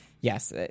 Yes